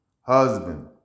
husband